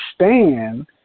understand